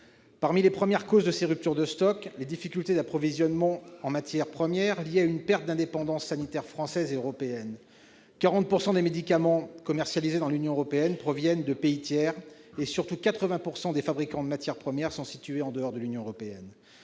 Parmi les premières causes de ces ruptures de stock se trouvent les difficultés d'approvisionnement en matières premières, liées à la perte d'indépendance sanitaire française et européenne : 40 % des médicaments commercialisés dans l'Union européenne proviennent de pays tiers et, surtout, 80 % des fabricants de matières premières sont situés en dehors de l'Union. Ces chaînes